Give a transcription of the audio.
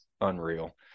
unreal